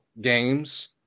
games